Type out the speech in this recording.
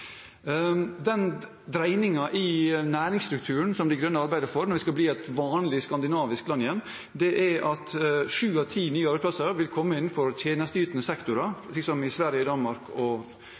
Den dreiningen i næringsstrukturen som De Grønne arbeider for når vi skal bli et vanlig skandinavisk land igjen, er at sju av ti nye arbeidsplasser skal komme innenfor tjenesteytende sektorer, slik som i Sverige, Danmark og Finland. To av ti vil antakelig komme innenfor nye bioøkonomiske og